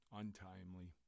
untimely